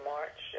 March